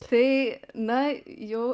tai na jau